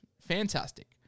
Fantastic